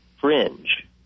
fringe